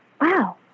Wow